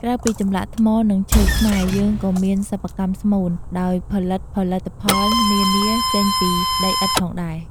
ក្រៅពីចម្លាក់ថ្មនិងឈើខ្មែរយើងក៏មានសិប្បកម្មស្មូនដោយផលិតផលិតផលនានាចេញពីដីឥដ្ធផងដែរ។